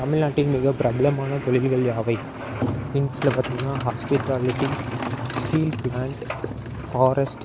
தமிழ்நாட்டின் மிக பிரபலமான தொழில்கள் யாவை இன் சில பார்த்திங்னா ஹாஸ்பிட்டாலிட்டி ஸ்டீல் ப்ளான்ட் ஃபாரஸ்ட்